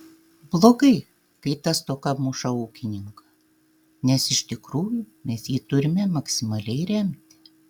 blogai kai ta stoka muša ūkininką nes iš tikrųjų mes jį turime maksimaliai remti